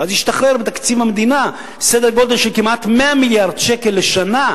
ואז ישתחרר מתקציב המדינה סדר-גודל של כמעט 100 מיליארד שקלים לשנה,